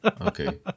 okay